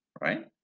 right